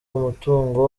umutungo